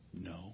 no